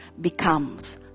becomes